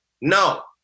no